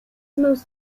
most